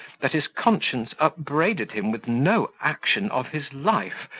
that his conscience upbraided him with no action of his life,